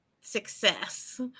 Success